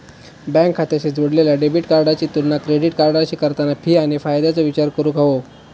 bank खात्याशी जोडलेल्या debit कार्डाची तुलना क्रेडिट कार्डाशी करताना फी आणि फायद्याचो विचार करूक हवो